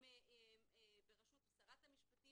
בראשות שרת המשפטים